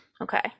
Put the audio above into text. Okay